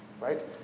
Right